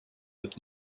that